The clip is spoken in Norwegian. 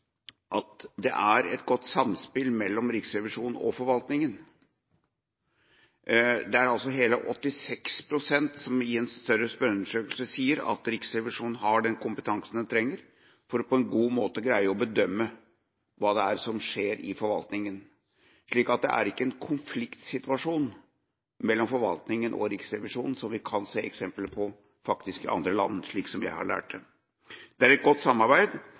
at det er et godt samspill mellom Riksrevisjonen og forvaltninga. Det er altså hele 86 pst. som i en større spørreundersøkelse sier at Riksrevisjonen har den kompetansen den trenger for på en god måte å greie å bedømme hva det er som skjer i forvaltninga. Så det er ikke en konfliktsituasjon mellom forvaltninga og Riksrevisjonen, som vi kan faktisk kan se eksempler på i andre land, etter det jeg har skjønt. Det er et godt samarbeid,